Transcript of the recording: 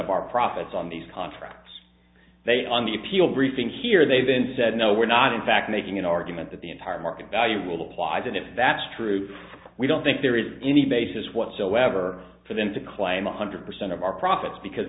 of our profits on these contracts they on the appeal briefing here they even said no we're not in fact making an argument that the entire market value rule applies and if that's true we don't think there is any basis whatsoever for them to claim one hundred percent of our profits because